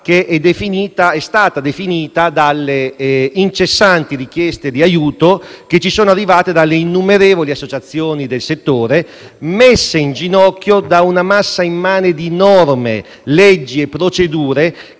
che è stata definita dalle incessanti richieste di aiuto che ci sono arrivate dalle innumerevoli associazioni del settore, messe in ginocchio da una massa immane di norme, leggi e procedure